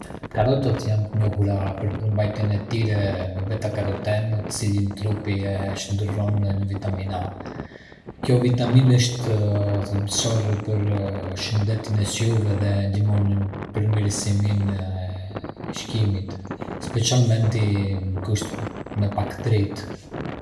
Karotat janë të njohura për përmbajtjen e tyre me beta-karoten, të cilin trupi e shndërron në vitaminë A. Kjo vitaminë është thelbësore për shëndetin e syve dhe ndihmon në përmirësimin e shikimit, specialmente në kushte me pak dritë.